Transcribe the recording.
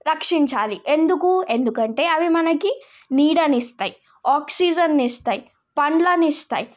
రక్షించాలి ఎందుకు ఎందుకంటే అవి మనకి నీడనిస్తాయి ఆక్సిజన్ ఇస్తాయి పండ్లని ఇస్తాయి